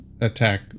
attack